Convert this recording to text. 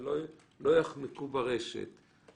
אל תגיד שדיווחת לרשות לאיסור הלבנת הון,